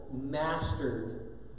mastered